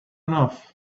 enough